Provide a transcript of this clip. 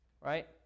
right